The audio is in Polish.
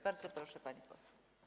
Bardzo proszę, pani poseł.